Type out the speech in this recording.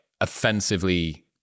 offensively